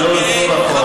ולא לחזור אחורה.